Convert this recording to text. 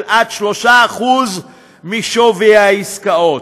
עד 3% משווי העסקאות.